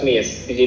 yes